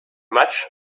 much